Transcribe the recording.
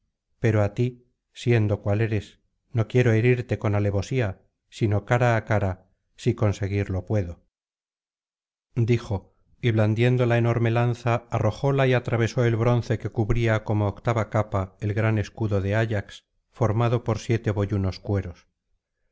pero á ti siendo cual eres no quiero herirte con alevosía sino cara á cara si conseguirlo puedo dijo y blandiendo la enorme lanza arrojóla y atravesó el bronce que cubría como octava capa el gran escudo de ayax formado por siete boyunos cueros